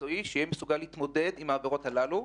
מקצועי שיהיה מסוגל להתמודד עם העבירות הללו.